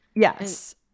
Yes